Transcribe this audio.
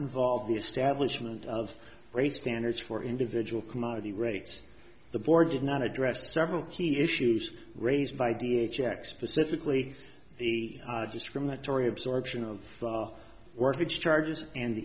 involve the establishment of race standards for individual commodity rates the board did not address several key issues raised by da jack specifically the discriminatory absorption of worthing charges and